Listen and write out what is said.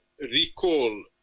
recall